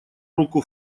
руку